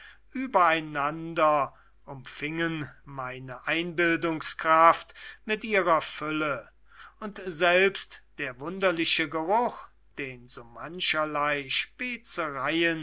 schätze übereinander umfingen meine einbildungskraft mit ihrer fülle und selbst der wunderliche geruch den so mancherlei